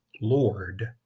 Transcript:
Lord